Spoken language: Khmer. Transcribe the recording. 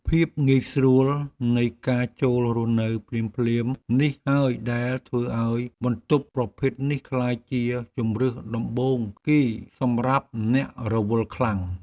ភាពងាយស្រួលនៃការចូលរស់នៅភ្លាមៗនេះហើយដែលធ្វើឱ្យបន្ទប់ប្រភេទនេះក្លាយជាជម្រើសដំបូងគេសម្រាប់អ្នករវល់ខ្លាំង។